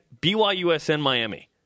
BYUSNMiami